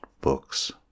books